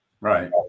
Right